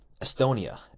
Estonia